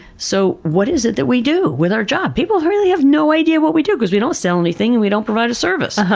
so, what is it that we do with our job? people really have no idea what we do because we don't sell anything and we don't provide a service.